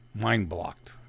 mind-blocked